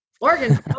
Oregon